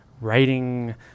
writing